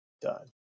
done